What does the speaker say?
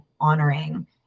honoring